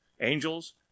angels